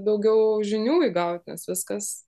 daugiau žinių įgaut nes viskas